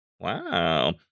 Wow